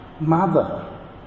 mother